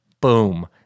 Boom